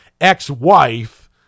ex-wife